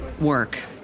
work